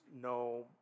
no